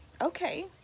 okay